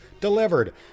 delivered